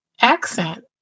accent